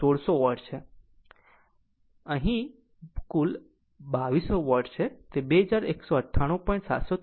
કુલ અહીં 2200 વોટ છે તે 2198